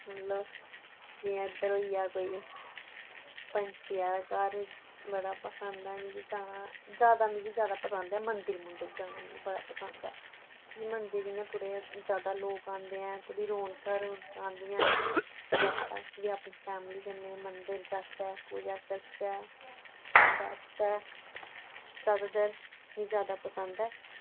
मतलब जि'यां इद्धर होइया कोई पंछी आह्ला घर बड़ा पसंद ऐ मिकी जाना ज्यादा मिकी ज्यादा पसंद ऐ मंदिर मुंदिर जाना मिकी बड़ा पसंद ऐ कि मंदिर इयां थोह्ड़े ज्यादा लोक आंदे ऐं थोह्ड़ी रौनकां रौनकां आंदियां न जाह्चै अस बी अपनी फैमली कन्नै मंदिर जाह्चै पूजा करचै बैठचै ज्यादातर मिं ज्यादा पसंद ऐ